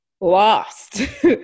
lost